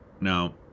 Now